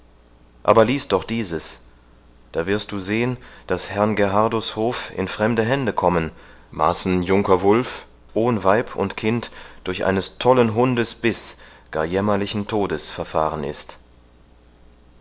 aber lies doch dieses da wirst du sehen daß herrn gerhardus hof in fremde hände kommen maßen junker wulf ohn weib und kind durch eines tollen hundes biß gar jämmerlichen todes verfahren ist